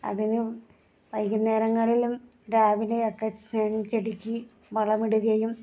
അതിന് വൈകുന്നേരങ്ങളിലും രാവിലെ ഒക്കെ ഞാൻ ചെടിക്ക് വളം ഇടുകയും